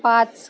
पाच